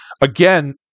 again